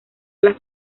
las